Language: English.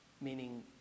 Meaning